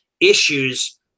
issues